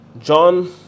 John